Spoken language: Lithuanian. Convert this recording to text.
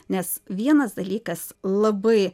nes vienas dalykas labai